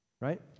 Right